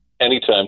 Anytime